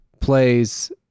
plays